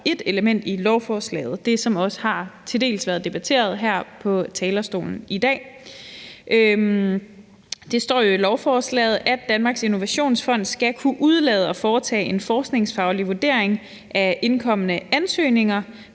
et element i lovforslaget. Det er også det, som til dels har været debatteret her på talerstolen i dag. Det står jo i lovforslaget, at Danmarks Innovationsfond skal kunne undlade at foretage en forskningsfaglig vurdering af indkomne ansøgninger,